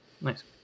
Nice